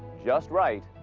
just right,